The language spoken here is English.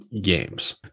games